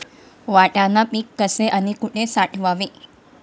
वाटाणा पीक कसे आणि कुठे साठवावे?